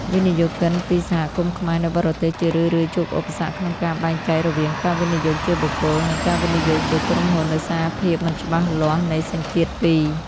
វិនិយោគិនពី សហគមន៍ខ្មែរនៅបរទេស ជារឿយៗជួបឧបសគ្គក្នុងការបែងចែករវាង "ការវិនិយោគជាបុគ្គល" និង "ការវិនិយោគជាក្រុមហ៊ុន" ដោយសារភាពមិនច្បាស់លាស់នៃសញ្ជាតិពីរ។